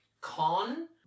con-